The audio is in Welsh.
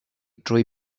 drwy